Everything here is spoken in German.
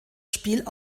spiel